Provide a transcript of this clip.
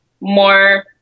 more